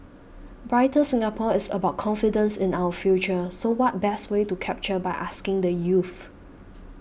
brighter Singapore is about confidence in our future so what best way to capture by asking the youth